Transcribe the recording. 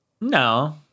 no